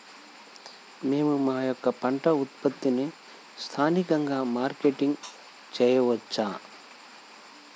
మేము మా యొక్క పంట ఉత్పత్తులని స్థానికంగా మార్కెటింగ్ చేయవచ్చా?